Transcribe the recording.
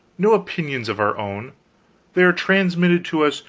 no opinions of our own they are transmitted to us,